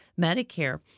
Medicare